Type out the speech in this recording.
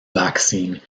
vaccine